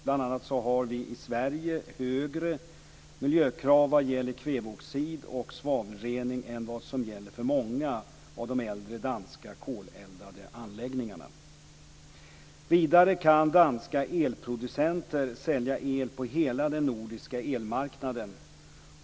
Bl.a. har vi i Sverige högre miljökrav vad gäller kväveoxid och svavelrening än vad som gäller för många av de äldre danska koleldade anläggningarna. Vidare kan danska elproducenter sälja el på hela den nordiska elmarknaden.